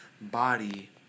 body